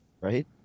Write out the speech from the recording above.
Right